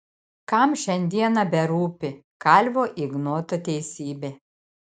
kam šiandieną berūpi kalvio ignoto teisybė